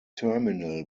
terminal